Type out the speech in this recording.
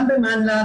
גם במנל"א,